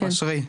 אושרי.